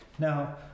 Now